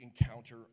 encounter